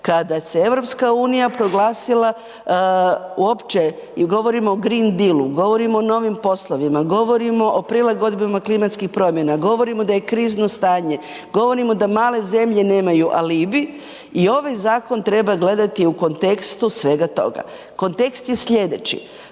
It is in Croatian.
kada se EU proglasila uopće i govorimo o green dealu, govorimo o novim poslovima, govorimo o prilagodbama klimatskih promjena, govorimo da je krizno stanje, govorimo da male zemlje nemaju alibi i ovaj zakon treba gledati u kontekstu svega toga. Kontekst je slijedeći.